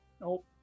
Nope